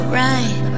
right